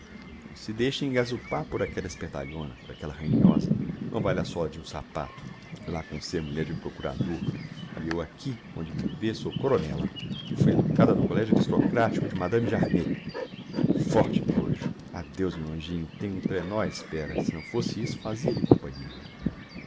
não se deixe engazupar por aquella espertalhona por aquella ranhosa não vale a sola de um sapato lá com ser mulher de um procurador e eu aqui onde me vê sou coronela fui educada no collegio aristocratico de madame jarmé forte nojo adeus meu anjinho tenho o trenó á espera se não fosse isso fazia-lhe companhia